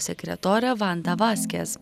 sekretorė vanda vaskes